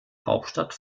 hauptstadt